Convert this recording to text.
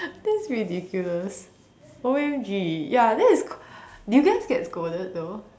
this ridiculous O_M_G ya that is did you guys get scolded though